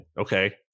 okay